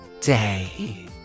day